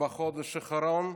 בחודש האחרון,